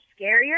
scarier